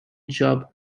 job